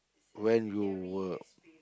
when you were